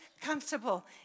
comfortable